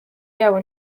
yabo